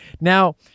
Now